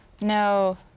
No